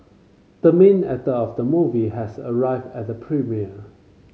the main actor of the movie has arrived at the premiere